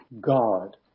God